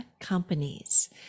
companies